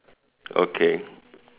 okay